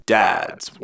dads